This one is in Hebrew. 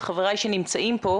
אמרתי את זה ההיפך.